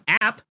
app